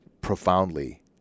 profoundly